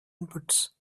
inputs